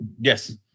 Yes